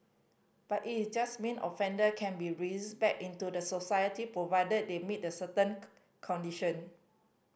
but it is just mean offender can be back into the society provided they meet the certain condition